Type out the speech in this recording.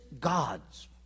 God's